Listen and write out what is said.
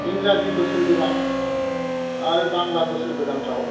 इंराजि बोसोर गोदान आरो बांला बोसोर गोदानफ्राव